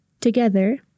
Together